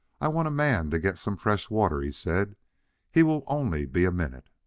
i want a man to get some fresh water, he said he will only be a minute.